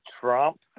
Trump